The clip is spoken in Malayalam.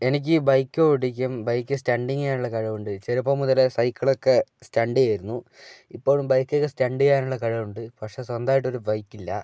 എനിക്ക് ബൈക്ക് ഓടിക്കും ബൈക്ക് സ്റ്റണ്ടിങ്ങ് ചെയ്യാനുള്ള കഴിവുണ്ട് ചെറുപ്പം മുതലേ സൈക്കിൾ ഒക്കെ സ്റ്റണ്ട് ചെയ്യുമായിരുന്നു ഇപ്പോഴും ബൈക്ക് സ്റ്റണ്ട് ചെയ്യാനുള്ള കഴിവുണ്ട് പക്ഷെ സ്വന്തമായിട്ടൊരു ബൈക്ക് ഇല്ല